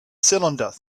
cylinder